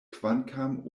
kvankam